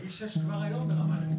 כביש 6 כבר היום הוא ברמה נמוכה.